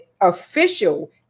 official